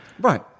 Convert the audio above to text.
Right